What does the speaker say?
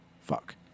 fuck